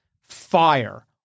fire